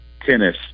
tennis